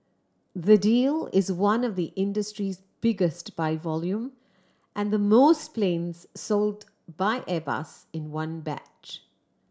the deal is one of the industry's biggest by volume and the most planes sold by Airbus in one batch